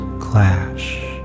clash